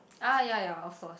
ah ya ya of course